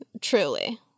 truly